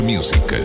Music